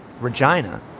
Regina